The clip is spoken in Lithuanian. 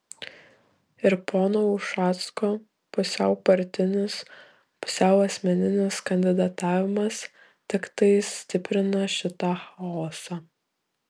ir pono ušacko pusiau partinis pusiau asmeninis kandidatavimas tiktai stiprina šitą chaosą